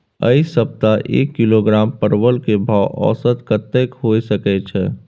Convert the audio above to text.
ऐ सप्ताह एक किलोग्राम परवल के भाव औसत कतेक होय सके छै?